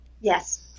Yes